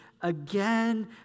again